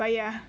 but yeah